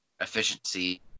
efficiency